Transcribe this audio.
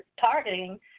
targeting